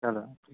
چلو